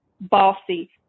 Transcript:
bossy